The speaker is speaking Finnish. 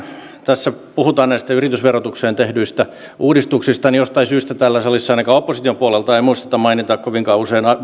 tässä puhutaan näistä yritysverotukseen tehdyistä uudistuksista niin jostain syystä täällä salissa ainakaan opposition puolelta ei muisteta mainita kovinkaan usein